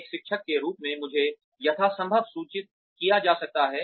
एक शिक्षक के रूप में मुझे यथासंभव सूचित किया जा सकता है